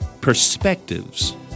perspectives